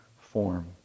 form